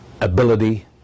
ability